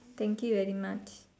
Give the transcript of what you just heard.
thank you very much